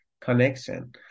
connection